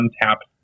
Untapped